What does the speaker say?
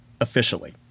officially